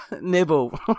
nibble